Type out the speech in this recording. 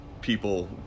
people